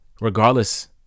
regardless